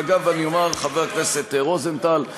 אגב, אני אומר, חבר הכנסת רוזנטל,